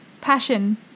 Passion